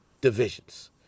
divisions